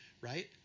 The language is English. right